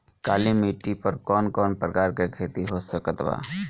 काली मिट्टी पर कौन कौन प्रकार के खेती हो सकत बा?